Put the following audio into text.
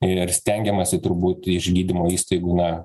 ir stengiamasi turbūt iš gydymo įstaigų na